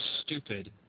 stupid